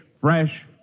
fresh